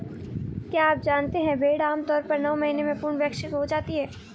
क्या आप जानते है भेड़ आमतौर पर नौ महीने में पूर्ण वयस्क हो जाती है?